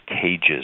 cages